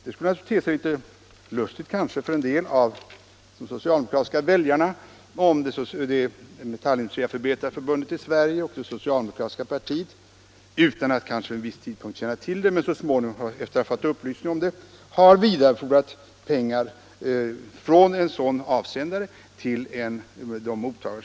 Det skulle naturligtvis te sig litet lustigt för en del av de socialdemokratiska väljarna om Metallindustriarbetareförbundet i Sverige och socialdemokratiska partiet — utan att de kanske till en början har känt till varifrån pengarna kom, men sedan fått upplysning om det — har vidarebefordrat pengar från en sådan avsändare till de aktuella mottagarna.